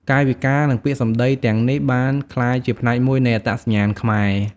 កាយវិការនិងពាក្យសម្ដីទាំងនេះបានក្លាយជាផ្នែកមួយនៃអត្តសញ្ញាណខ្មែរ។